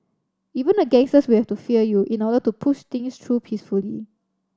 even the gangsters will have to fear you in order to push things through peacefully